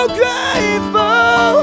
grateful